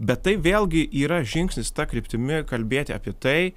bet tai vėlgi yra žingsnis ta kryptimi kalbėti apie tai